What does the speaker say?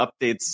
updates